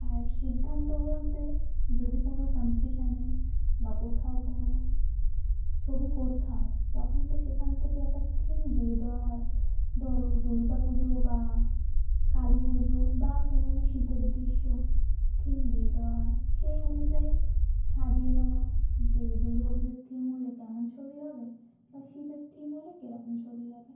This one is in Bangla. আর সিদ্ধান্ত বলতে যদি কোনো কম্পিটিশানে বা কোথাও কোনো ছবি করতে হয় তখন তো সেখান থেকে একটা থিম দিয়ে দেওয়া হয় ধরো দুর্গা পুজো বা কালী পুজো বা কোনো শীতের দৃশ্য থিম দিয়ে দেওয়া হয় সেই অনুযায়ী সাজিয়ে না যে দুর্গা পুজোর থিম হলে কেমন ছবি হবে বা শীতের থিম হলে কীরকম ছবি হবে